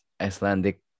Icelandic